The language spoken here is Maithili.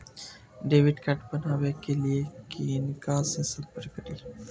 डैबिट कार्ड बनावे के लिए किनका से संपर्क करी?